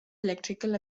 electrical